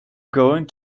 going